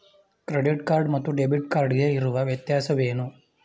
Credit card ಮತ್ತು debit card ಗೆ ಇರುವ ವ್ಯತ್ಯಾಸವೇನು?